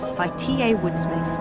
by t. a. woodsmith.